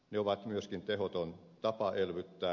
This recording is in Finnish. ne ovat myöskin tehoton tapa elvyttää